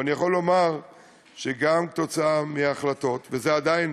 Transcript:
ואני יכול לומר שגם בעקבות ההחלטות, וזה עדיין